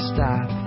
Stop